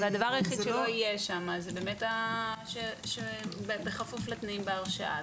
והדבר היחיד שלא יהיה שם זה באמת בכפוף לתנאים בהרשאה.